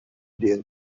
did